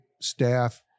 staff